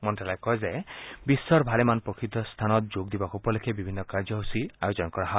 মন্ত্ৰালয়ে কয় যে বিশ্বৰ ভালেমান প্ৰসিদ্ধ স্থানত যোগ দিৱস উপলক্ষে বিভিন্ন কাৰ্যসূচী আয়োজন কৰা হয়